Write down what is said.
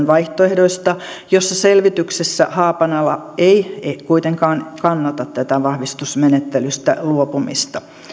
vaihtoehdoista jossa haapanala ei kuitenkaan kannata tätä vahvistusmenettelystä luopumista